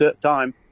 time